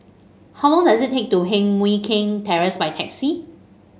how long does it take to Heng Mui Keng Terrace by taxi